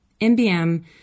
MBM